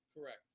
Correct